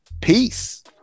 Peace